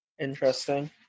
Interesting